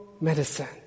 medicine